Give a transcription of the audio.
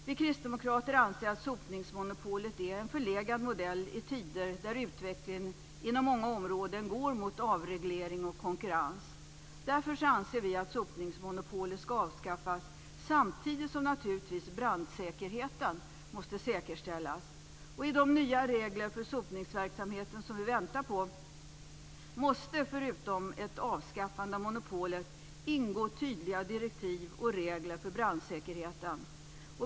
Vi kristdemokrater anser att sotningsmonopolet är en förlegad modell i tider där utvecklingen inom många områden går mot avreglering och konkurrens. Därför anser vi att sotningsmonopolet ska avskaffas samtidigt som naturligtvis brandsäkerheten måste säkerställas. I de nya regler för sotningsverksamheten som vi väntar på måste förutom ett avskaffande av monopolet ingå tydliga direktiv och regler för brandsäkerheten.